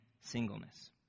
singleness